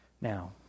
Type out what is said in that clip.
Now